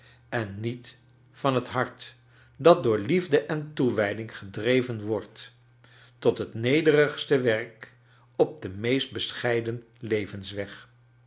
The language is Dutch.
en niet van het hart dat door liefde en toewijding gedreven wordt tot het nederigste werk op den meest bescheiden levens